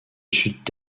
sud